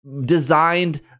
designed